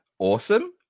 Awesome